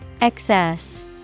Excess